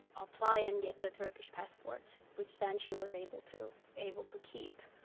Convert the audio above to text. apply and get a turkish passport which then she was able to able to keep.